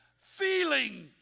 feeling